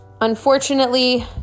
unfortunately